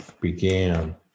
began